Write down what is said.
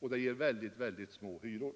som ger mycket små hyror.